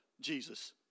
Jesus